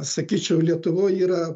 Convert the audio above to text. sakyčiau lietuvoj yra